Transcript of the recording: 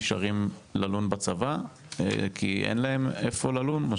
נשארים ללון בצבא כי אין להם איפה ללון?